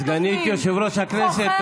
סגנית יושב-ראש הכנסת,